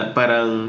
parang